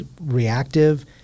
reactive